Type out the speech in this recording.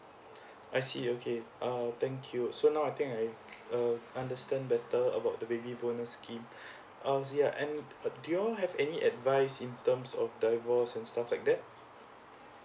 I see okay uh thank you so now I think uh understand better about the baby bonus scheme ah ya and uh do you all have any advice in terms of divorce and stuff like that